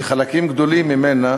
שחלקים גדולים ממנה